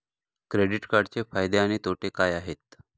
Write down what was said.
Credit कार्डचे फायदे आणि तोटे काय आहेत?